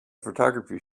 photography